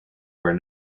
where